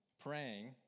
praying